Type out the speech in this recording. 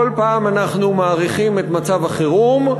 כל פעם אנחנו מאריכים את מצב החירום.